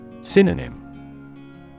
Synonym